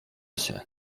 się